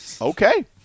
Okay